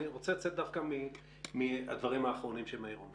אני רוצה לצאת דווקא מהדברים האחרונים שמאיר אומר